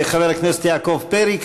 חבר הכנסת יעקב פרי,